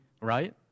right